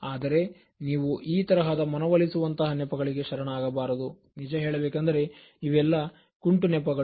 ಆದರೆ ನೀವು ಈ ತರಹದ ಮನವೊಲಿಸುವಂತಹ ನೆಪಗಳಿಗೆ ಶರಣಾಗಬಾರದು ನಿಜ ಹೇಳಬೇಕೆಂದರೆ ಇದೆಲ್ಲ ಕುಂಟು ನೆಪಗಳು